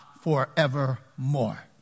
forevermore